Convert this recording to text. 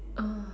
oh